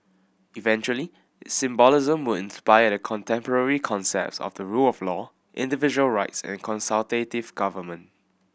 eventually its symbolism would inspire the contemporary concepts of the rule of law individual rights and consultative government